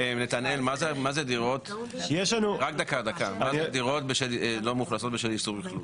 נתנאל מה זה דירות לא מאוכלסות בשל איסור אכלוס?